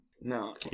No